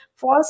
false